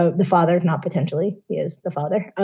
ah the father is not potentially is the father.